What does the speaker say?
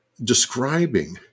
describing